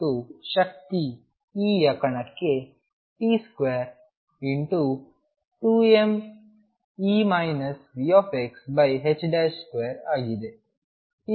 ಮತ್ತು ಶಕ್ತಿ Eಯ ಕಣಕ್ಕೆ p2 2m2ಆಗಿದೆ